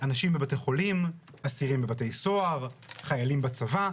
אנשים בבתי חולים, אסירים בבתי סוהר, חיילים בצבא.